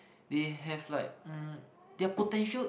they have like um their potential